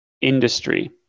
industry